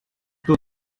too